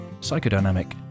Psychodynamic